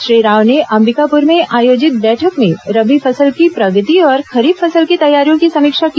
श्री राव ने अम्बिकापुर में आयोजित बैठक में रबी फसल की प्रगति और खरीफ फसल की तैयारियों की समीक्षा की